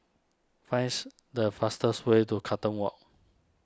finds the fastest way to Carlton Walk